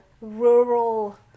rural